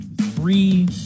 three